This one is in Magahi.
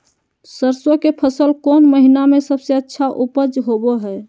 सरसों के फसल कौन महीना में सबसे अच्छा उपज होबो हय?